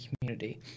community